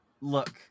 Look